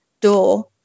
door